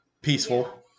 peaceful